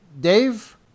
Dave